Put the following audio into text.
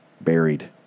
buried